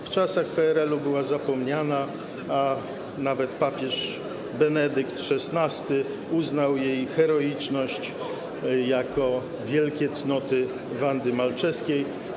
W czasach PRL-u była zapomniana, a nawet papież Benedykt XVI uznał jej heroiczność jako wielką cnotę Wandy Malczewskiej.